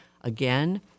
again